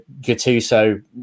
Gattuso